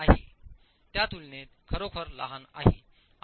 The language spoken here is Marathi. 4 आहे त्या तुलनेत खरोखर लहान आहे